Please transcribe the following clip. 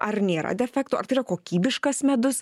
ar nėra defektų ar tai yra kokybiškas medus